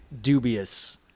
dubious